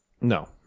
No